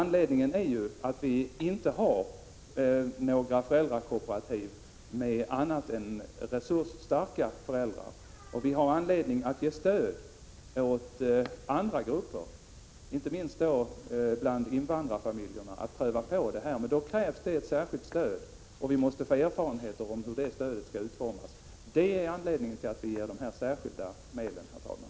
Vi har hittills inte haft några föräldrakooperativ med annat än resursstarka föräldrar, och vi har anledning att ge stöd åt andra grupper — inte minst bland invandrarfamiljerna — för att pröva på denna form av barnomsorg. Men då krävs ett särskilt stöd, och vi måste få erfarenheter av hur det stödet skall utformas. Det är anledningen till att vi beviljar dessa särskilda medel, herr talman.